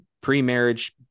pre-marriage